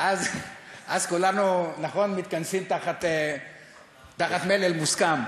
אז כולנו מתכנסים תחת מלל מוסכם.